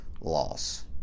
loss